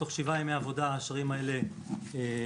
תוך שבעה ימי עבודה האשראים האלה יטופלו.